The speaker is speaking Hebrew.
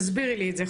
תסבירי לי את זה,